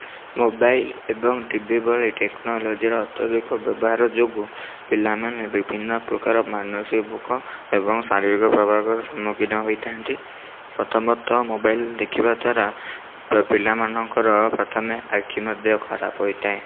mobile ଏବଂ T V ଭଳି ଟେକ୍ନୋଲୋଜୀର ଅତ୍ୟାଧିକ ବ୍ୟବହାର ଯୋଗୁଁ ପିଲାମାନେ ବିଭିନ୍ନ ପ୍ରକାର ମାନସିକ ଏବଂ ଶାରୀରିକ ପ୍ରଭାବର ସମ୍ମୁଖୀନ ହୋଇଥାନ୍ତି ପ୍ରଥମତଃ ମୋବାଇଲ ଦେଖିବା ଦ୍ୱାରା ପ ପିଲାମାନଙ୍କର ପ୍ରଥମେ ଆଖି ମଧ୍ୟ ଖରାପ ହୋଇଥାଏ